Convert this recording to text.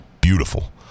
Beautiful